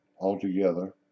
altogether